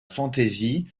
fantasy